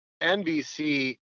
NBC